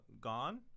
Gone